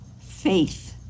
faith